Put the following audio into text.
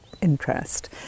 interest